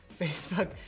Facebook